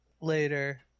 later